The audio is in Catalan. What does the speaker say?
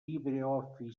libreoffice